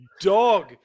dog